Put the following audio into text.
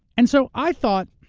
and so, i thought